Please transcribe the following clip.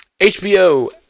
HBO